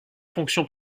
fonctions